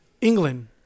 england